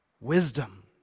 Wisdom